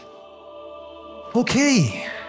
Okay